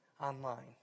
online